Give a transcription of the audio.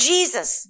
Jesus